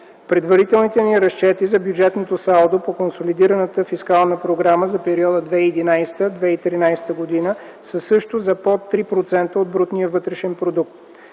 Предварителните разчети за бюджетното салдо по консолидираната фискална програма за периода 2011-2013 г. също са под 3% от брутния вътрешен продукт.